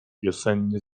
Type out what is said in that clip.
wiosennie